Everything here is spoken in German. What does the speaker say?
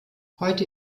heute